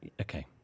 Okay